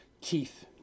teeth